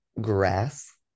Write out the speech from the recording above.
grass